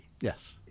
Yes